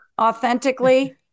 authentically